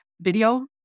video